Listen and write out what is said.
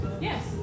Yes